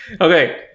Okay